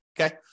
okay